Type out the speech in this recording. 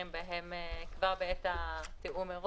כל האנשים עם מוגבלויות אחרות זכאים,